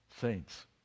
saints